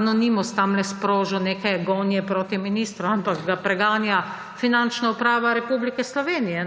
anonimus tamle sprožil neke gonje proti ministru, ampak ga preganja Finančna uprava Republike Slovenije.